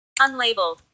Unlabeled